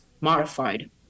modified